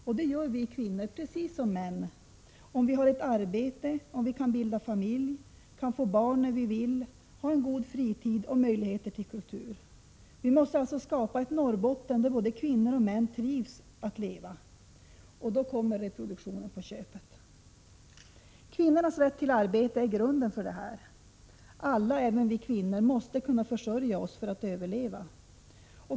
Och det gör vi kvinnor, precis som män, om vi har ett arbete, kan bilda familj och få barn när vi vill, och har en god fritid och möjligheter till kultur. Vi måste alltså skapa ett Norrbotten där både kvinnor och män trivs att leva. Då kommer reproduktionen på köpet. Kvinnors rätt till arbete är grunden för detta. Alla, även kvinnorna, måste kunna försörja sig för att överleva.